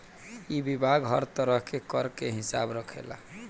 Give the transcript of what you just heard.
इ विभाग हर तरह के कर के हिसाब रखेला